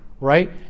Right